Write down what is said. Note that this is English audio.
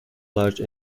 large